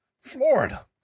Florida